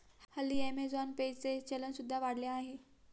हल्ली Amazon Pay चे चलन सुद्धा वाढले आहे